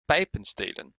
pijpenstelen